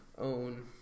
own